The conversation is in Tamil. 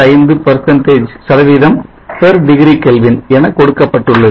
045 degree Kelvin என கொடுக்கப்பட்டுள்ளது